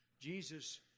Jesus